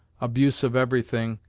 abuse of everything,